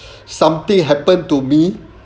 something happen to me